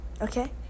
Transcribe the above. Okay